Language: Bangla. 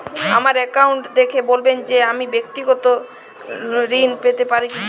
আমার অ্যাকাউন্ট দেখে বলবেন যে আমি ব্যাক্তিগত ঋণ পেতে পারি কি না?